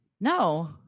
No